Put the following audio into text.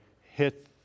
hit